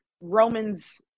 Romans